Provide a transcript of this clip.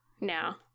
now